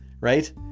right